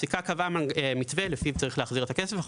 הפסיקה קבעה מתווה לפיו צריך להחזיר את הכסף.